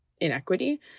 inequity